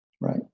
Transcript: Right